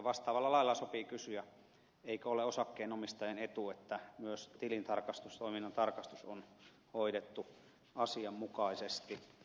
vastaavalla lailla sopii kysyä eikö ole osakkeenomistajan etu että myös tilintarkastustoiminnan tarkastus on hoidettu asianmukaisesti